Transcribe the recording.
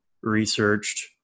researched